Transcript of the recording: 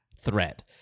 threat